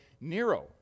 Nero